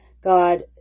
God